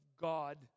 God